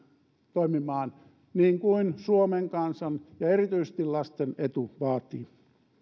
toimimaan niin kuin suomen kansan ja erityisesti lasten etu vaatii